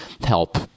help